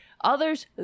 Others